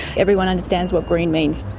everyone understands what green means.